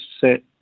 set